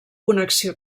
connexió